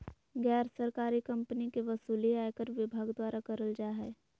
गैर सरकारी कम्पनी के वसूली आयकर विभाग द्वारा करल जा हय